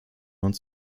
uns